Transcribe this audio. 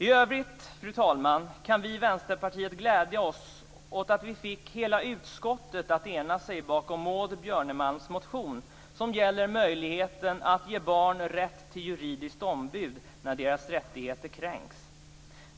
I övrigt, fru talman, kan vi i Vänsterpartiet glädja oss åt att vi fick hela utskottet att enigt ställa sig bakom Maud Björnemalms motion, som gäller möjligheten att ge barn rätt till juridiskt ombud när deras rättigheter kränks.